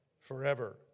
forever